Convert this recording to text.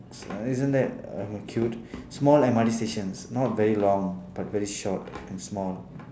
isn't that uh cute small M_R_T stations not very long but very short and small